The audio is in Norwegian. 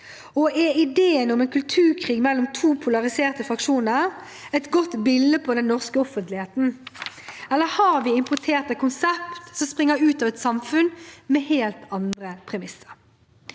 er ideen om en «kulturkrig» mellom to polariserte fraksjoner et godt bilde på den norske offentligheten, eller har vi importert et konsept som springer ut av et samfunn med helt andre premisser?